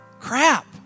crap